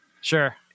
Sure